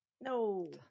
no